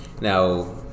now